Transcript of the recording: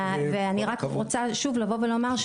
ואני רק רוצה שוב לבוא ולומר,